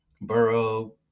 burrow